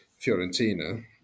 Fiorentina